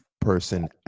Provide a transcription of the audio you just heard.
person